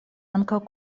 ankaŭ